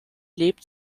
lebt